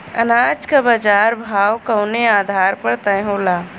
अनाज क बाजार भाव कवने आधार पर तय होला?